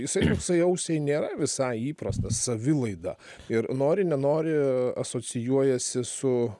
jisai toksai ausiai nėra visai įprastas savilaida ir nori nenori asocijuojasi su